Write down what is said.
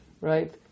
right